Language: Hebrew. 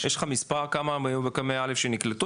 יש לך מספר כמה מקמ"ע א' שנקלט?